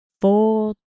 four